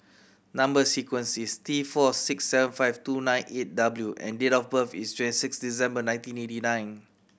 number sequence is T four six seven five two nine eight W and date of birth is twenty six December nineteen eighty nine